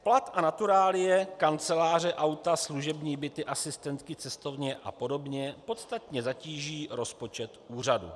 Plat a naturálie, kanceláře, auta, služební byty, asistentky, cestovné a podobně podstatně zatíží rozpočet úřadu.